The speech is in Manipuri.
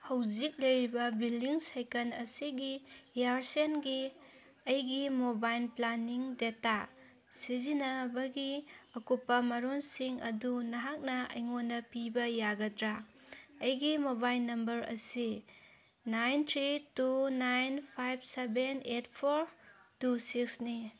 ꯍꯧꯖꯤꯛ ꯂꯩꯔꯤꯕ ꯕꯤꯜꯂꯤꯡ ꯁꯥꯏꯀꯜ ꯑꯁꯤꯒꯤ ꯏꯌꯔꯁꯦꯜꯒꯤ ꯑꯩꯒꯤ ꯃꯣꯕꯥꯏꯜ ꯄ꯭ꯂꯥꯅꯤꯡ ꯗꯇꯥ ꯁꯤꯖꯤꯟꯅꯕꯒꯤ ꯑꯀꯨꯞꯄ ꯃꯔꯣꯜꯁꯤꯡ ꯑꯗꯨ ꯅꯍꯥꯛꯅ ꯑꯩꯉꯣꯟꯗ ꯄꯤꯕ ꯌꯥꯒꯗ꯭ꯔꯥ ꯑꯩꯒꯤ ꯃꯣꯕꯥꯏꯜ ꯅꯝꯕꯔ ꯑꯁꯤ nine three two nine five seven eight four two ꯁꯤꯛꯁꯅꯤ